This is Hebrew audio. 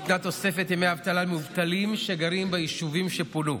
ניתנה תוספת ימי אבטלה למובטלים שגרים ביישובים שפונו,